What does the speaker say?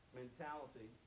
mentality